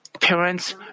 parents